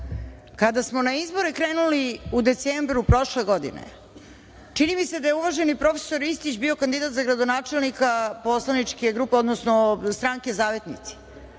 Kada smo na izbore krenuli u decembru prošle godine, čini mi se da je uvaženi profesor Ristić bio kandidat za gradonačelnika stranke Zavetnici